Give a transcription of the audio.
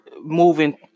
moving